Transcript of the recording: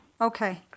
okay